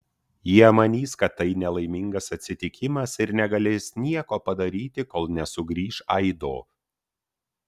jie manys kad tai nelaimingas atsitikimas ir negalės nieko padaryti kol nesugrįš aido